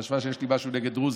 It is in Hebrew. היא חשבה שיש לי משהו נגד דרוזים.